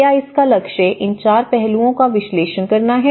क्या इसका लक्ष्य इन 4 पहलुओं का विश्लेषण करना है